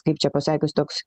kaip čia pasakius toks